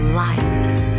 lights